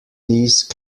these